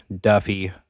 Duffy